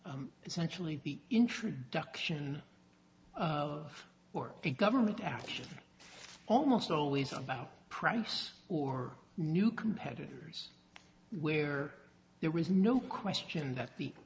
essentially the introduction of work to government action almost always about price or new competitors where there is no question that